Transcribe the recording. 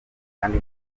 kandi